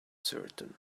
certain